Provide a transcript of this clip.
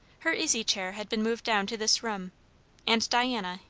her easy-chair had been moved down to this room and diana,